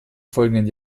folgenden